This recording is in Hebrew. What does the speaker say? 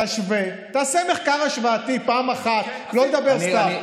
תשווה, תעשה מחקר השוואתי פעם אחת, לא לדבר סתם.